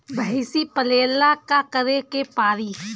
भइसी पालेला का करे के पारी?